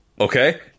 okay